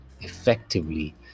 effectively